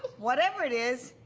whatever it is,